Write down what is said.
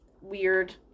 weird